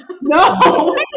No